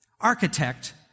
architect